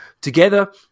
together